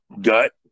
gut